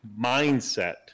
mindset